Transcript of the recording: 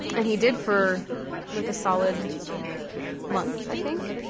and he did for like a solid month, i think,